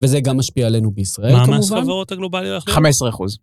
וזה גם משפיע עלינו בישראל, כמובן. מה המס חברות הגלובלי? 15%.